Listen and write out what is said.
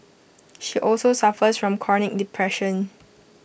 she also suffers from chronic depression